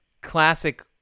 classic